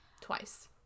twice